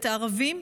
ואת הערבים,